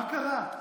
מה קרה?